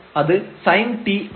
അത് sin t ആണ്